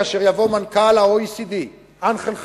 כאשר יבוא מנכ"ל ה-OECD אנחל גוריו,